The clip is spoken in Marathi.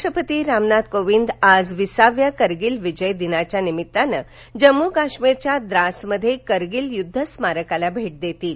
राष्ट्रपति रामनाथ कोविंद आज विसाव्या करगिल विजय दिनाच्या निम्मितानं जम्मू कश्मीरच्या द्रासमध्ये करगिल युद्ध स्मारकाला भेट देतील